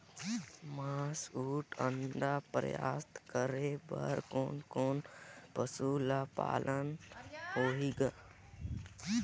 मांस अउ अंडा प्राप्त करे बर कोन कोन पशु ल पालना होही ग?